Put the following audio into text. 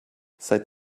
seit